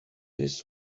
his